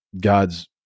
God's